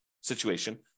situation